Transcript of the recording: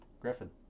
Griffin